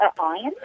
iron